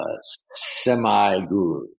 semi-guru